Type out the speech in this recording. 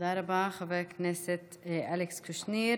תודה רבה, חבר הכנסת אלכס קושניר.